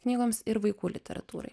knygoms ir vaikų literatūrai